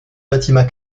fatima